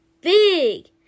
big